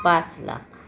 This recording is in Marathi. पाच लाख